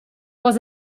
was